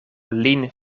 lin